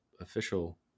official